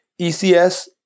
ECS